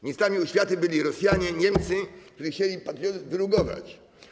Ministrami oświaty byli Rosjanie, Niemcy, którzy chcieli patriotyzm wyrugować.